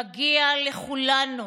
מגיע לכולנו